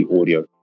audio